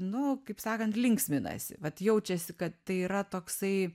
nu kaip sakant linksminasi vat jaučiasi kad tai yra toksai